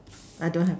I don't have